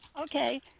Okay